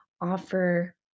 offer